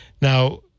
now